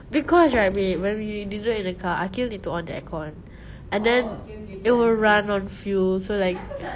because right babe when we duduk in the car aqil need to on the aircon and then it will run on fuel so like